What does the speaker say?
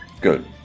Good